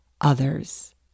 others